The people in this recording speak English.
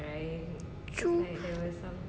true